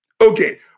Okay